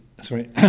Sorry